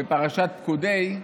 בפרשת פקודי,